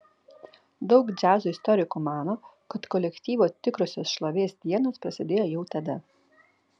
daug džiazo istorikų mano kad kolektyvo tikrosios šlovės dienos prasidėjo jau tada